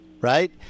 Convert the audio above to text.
right